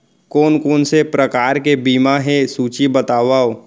कोन कोन से प्रकार के बीमा हे सूची बतावव?